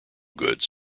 goods